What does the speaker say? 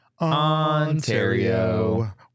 Ontario